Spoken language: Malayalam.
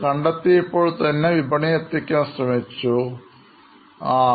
ഇത് കണ്ടെത്തിയപ്പോൾ തന്നെ വിപണിയിൽ എത്തിക്കാൻ തീരുമാനിച്ചു കാണും